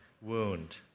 wound